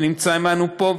שנמצא עמנו פה,